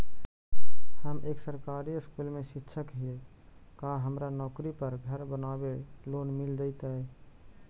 हम एक सरकारी स्कूल में शिक्षक हियै का हमरा नौकरी पर घर बनाबे लोन मिल जितै?